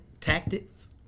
tactics